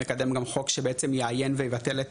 מקדם גם חוק שבעצם יאיים ויבטל את